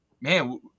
man